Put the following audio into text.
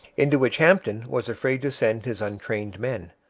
into which hampton was afraid to send his untrained men.